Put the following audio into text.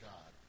God